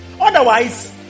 Otherwise